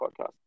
podcast